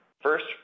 first